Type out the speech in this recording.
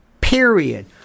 Period